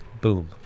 Boom